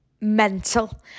mental